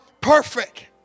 perfect